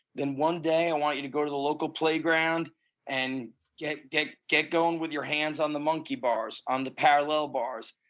then one day i want you to go to the local playground and get get going with your hands on the monkey bars, on the parallel bars.